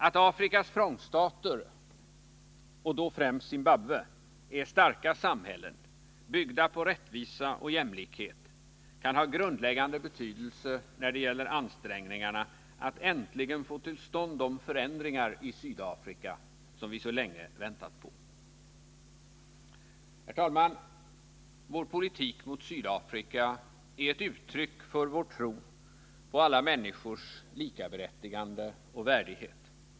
Att Afrikas frontstater, och då främst Zimbabwe, är starka samhällen, byggda på rättvisa och jämlikhet, kan ha grundläggande betydelse när det gäller ansträngningarna att äntligen få till stånd de förändringar i Sydafrika som vi så länge har väntat på. Herr talman! Vår politik mot Sydafrika är ett uttryck för vår tro på alla människors likaberättigande och värdighet.